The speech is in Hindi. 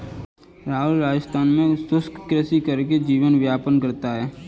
राहुल राजस्थान में शुष्क कृषि करके जीवन यापन करता है